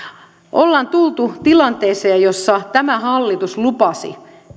on tultu tilanteeseen jossa tämä hallitus lupasi